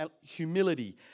humility